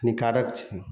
हानिकारक छै